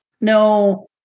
No